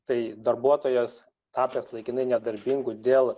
tai darbuotojas tapęs laikinai nedarbingu dėl